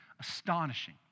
astonishing